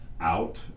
out